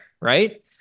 Right